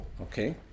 Okay